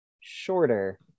shorter